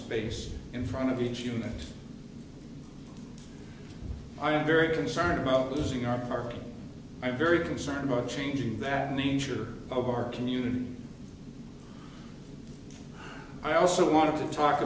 space in front of each human i am very concerned about losing our parking i am very concerned about changing that nature of our community and i also want to talk